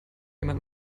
jemand